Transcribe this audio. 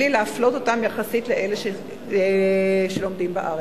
בלי להפלות אותם יחסית לאלה שלומדים בארץ.